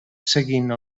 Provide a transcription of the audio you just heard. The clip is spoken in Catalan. seguint